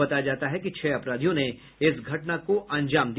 बताया जाता है कि छह अपराधियों ने इस घटना को अंजाम दिया